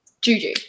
juju